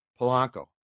Polanco